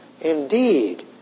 Indeed